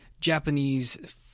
Japanese